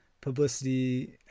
publicity